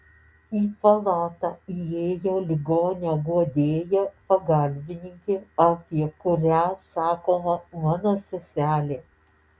į palatą įėjo ligonio guodėja pagalbininkė apie kurią sakoma mano seselė